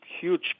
huge